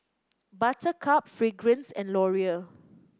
Buttercup Fragrance and Laurier